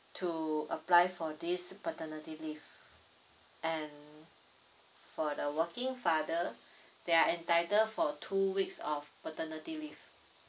to apply for this paternity leave and for the working father they're entitled for two weeks of paternity leave